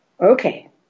Okay